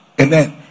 Amen